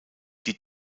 die